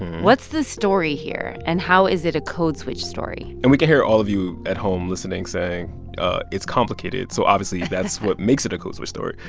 what's the story here, and how is it a code switch story? and we can hear all of you at home listening saying it's complicated, so obviously that's what makes it a code switch story.